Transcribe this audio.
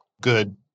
good